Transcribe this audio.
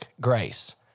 Grace